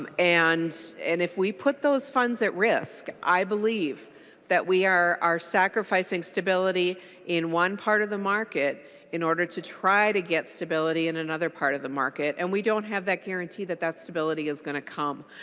um and and if we put those funds at risk i believe that we are are sacrificing stability in one part of the market in order to try to get stability in another part of the market and we don't have that guarantee that that stability is going to come.